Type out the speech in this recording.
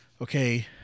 okay